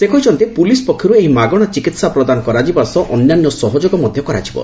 ସେ କହିଛନ୍ତି ପୁଲିସ୍ ପକ୍ଷରୁ ଏହି ମାଗଶା ଚିକିହା ପ୍ରଦାନ କରାଯିବା ସହ ଅନ୍ୟାନ୍ୟ ସହଯୋଗ ମଧ୍ଧ କରାଯିବ